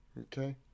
Okay